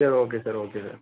சரி okay sir okay sir